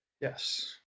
Yes